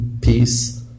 peace